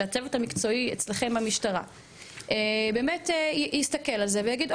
שהצוות המקצועי אצלכם במשטרה באמת יסתכל על זה ויגיד,